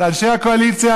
אנשי הקואליציה,